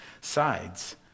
sides